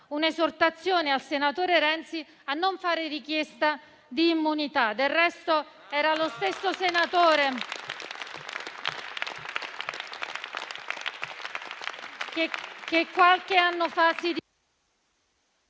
un'esortazione al senatore Renzi a non fare richiesta di immunità. Del resto, era lo stesso senatore che qualche anno fa si...